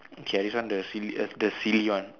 okay this one the silly err the silly one